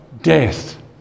death